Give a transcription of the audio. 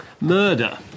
Murder